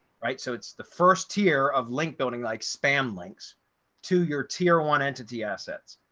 right? so it's the first tier of link building like spam links to your tier one entity assets.